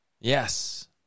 yes